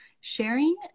sharing